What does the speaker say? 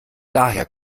daher